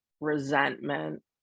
resentment